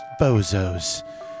bozos